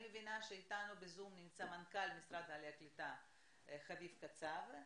אני מבינה שאיתנו בזום נמצא מנכ"ל משרד העלייה והקליטה חביב קצב,